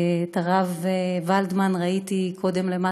ואת הרב ולדמן ראיתי קודם למטה,